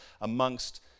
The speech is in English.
amongst